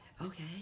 Okay